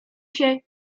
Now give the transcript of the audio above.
się